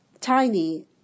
tiny